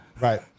Right